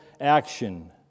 Action